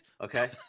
Okay